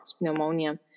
pneumonia